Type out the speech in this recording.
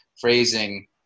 phrasing